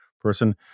person